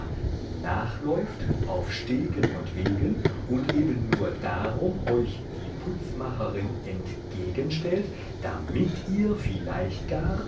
nachläuft auf stegen und wegen und eben nur darum euch die putzmacherin entgegenstellt damit ihr vielleicht gar